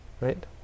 Right